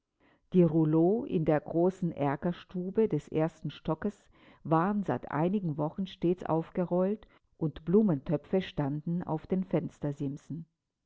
die rouleaux in der großen erkerstube des ersten stockes waren seit einigen wochen stets aufgerollt und blumentöpfe standen auf den fenstersimsen